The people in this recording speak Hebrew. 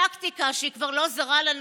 טקטיקה, שהיא כבר לא זרה לנו: